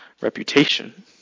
reputation